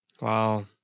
Wow